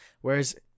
whereas